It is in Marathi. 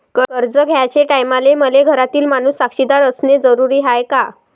कर्ज घ्याचे टायमाले मले घरातील माणूस साक्षीदार असणे जरुरी हाय का?